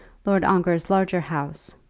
lord ongar's larger house,